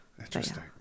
Interesting